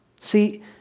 See